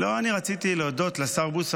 לא, אני רציתי להודות לשר בוסו.